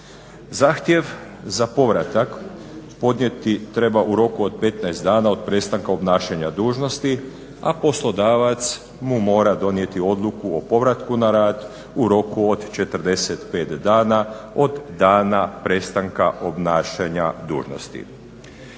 Zahtjev za povratak podnijeti treba u roku od 15 dana od prestanka obnašanja dužnosti, a poslodavac mu mora donijeti odluku o povratku na rad u roku od 45 dana od dana prestanka obnašanja dužnosti.